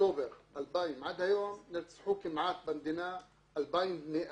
אוקטובר 2000 ועד היום נרצחו במדינה כ-2,100 אנשים.